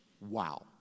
Wow